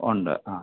ഉണ്ട് ആ